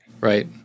Right